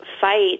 fight